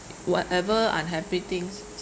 whatever unhappy things